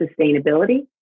sustainability